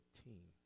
team